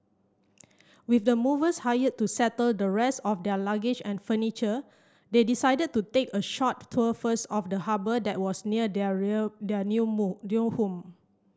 with the movers hired to settle the rest of their luggage and furniture they decided to take a short tour first of the harbour that was near their their new new home